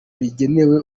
rigenewe